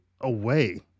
away